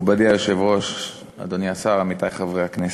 מכובדי היושב-ראש, אדוני השר, עמיתי חברי הכנסת,